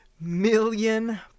million